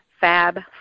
Fab